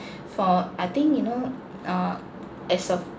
for I think you know uh as of